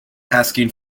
asking